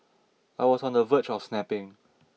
I was on the verge of snapping